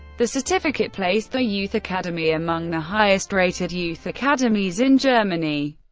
the certificate placed the youth academy among the highest rated youth academies in germany.